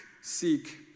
seek